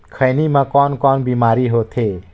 खैनी म कौन कौन बीमारी होथे?